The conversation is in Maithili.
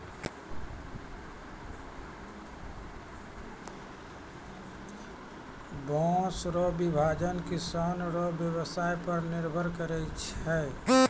बाँस रो विभाजन किसान रो व्यवसाय पर निर्भर करै छै